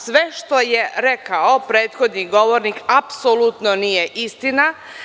Sve što je rekao prethodni govornik, apsolutno nije istina.